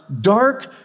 dark